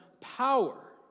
power